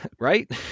Right